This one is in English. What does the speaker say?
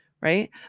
right